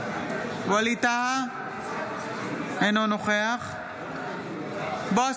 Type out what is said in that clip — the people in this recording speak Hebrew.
ווליד טאהא, אינו נוכח בועז